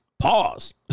pause